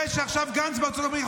זה שעכשיו גנץ בארצות הברית,